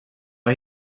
har